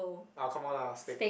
ah come on lah steak